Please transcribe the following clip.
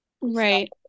right